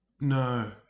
no